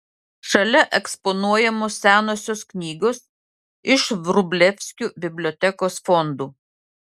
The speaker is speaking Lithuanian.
šalia eksponuojamos senosios knygos iš vrublevskių bibliotekos fondų